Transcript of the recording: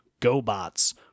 GoBots